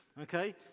okay